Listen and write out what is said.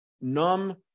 numb